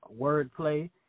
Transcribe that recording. wordplay